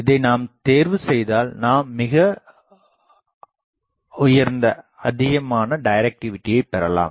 இதை நாம் தேர்வு செய்தால் நாம் மிக உயர்ந்த டைரக்டிவிடியை பெறலாம்